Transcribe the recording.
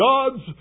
God's